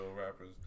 rappers